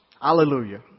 Hallelujah